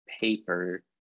paper